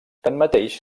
tanmateix